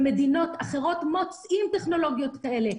במדינות אחרות מוצאים טכנולוגיות כאלה.